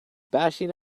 bashing